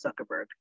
Zuckerberg